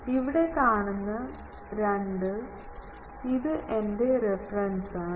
ഇവിടെ കാണുന്ന 2 ഇത് എന്റെ റഫറൻസാണ്